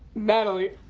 natalie.